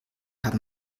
haben